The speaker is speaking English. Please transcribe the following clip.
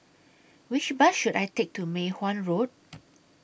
Which Bus should I Take to Mei Hwan Road